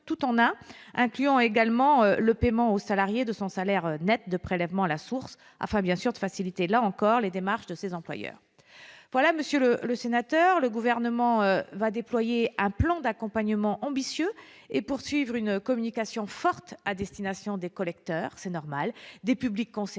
tout en un » incluant également le paiement au salarié de son salaire net de prélèvement à la source, afin de faciliter, là encore, les démarches de ces employeurs. Monsieur le sénateur, le Gouvernement va déployer un plan d'accompagnement ambitieux et poursuivre une communication forte à destination des collecteurs, c'est normal, des publics concernés,